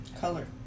color